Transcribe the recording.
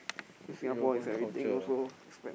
you open culture ah